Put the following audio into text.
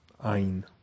Ein